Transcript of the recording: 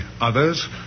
others